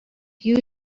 you